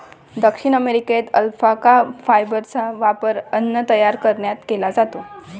दक्षिण अमेरिकेत अल्पाका फायबरचा वापर अन्न तयार करण्यासाठी केला जातो